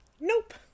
Nope